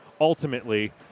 ultimately